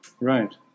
Right